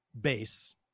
base